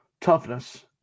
toughness